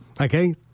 okay